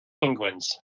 penguins